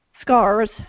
SCARS